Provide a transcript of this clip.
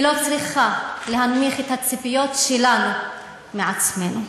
היא לא צריכה להנמיך את הציפיות שלנו מעצמנו.